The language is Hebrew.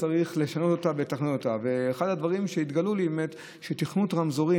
אחד הדברים שהתגלו לי זה שתכנות רמזורים,